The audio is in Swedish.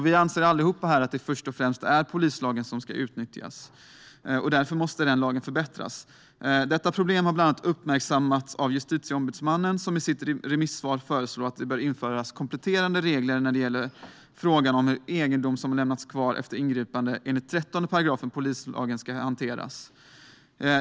Vi anser allihop här att det först och främst är polislagen som ska utnyttjas, och därför måste den förbättras. Detta problem har bland annat uppmärksammats av Justitieombudsmannen, som i sitt remissvar föreslår att det bör införas kompletterande regler när det gäller frågan om hur egendom som lämnats kvar efter ingripande enligt § 13 i polislagen ska hanteras.